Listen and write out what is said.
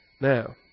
Now